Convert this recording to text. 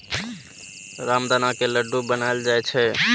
रामदाना के लड्डू बनाएल जाइ छै